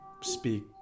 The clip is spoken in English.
speak